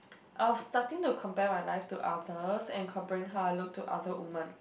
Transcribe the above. I'll starting to compare my life to others and comparing how I look to other woman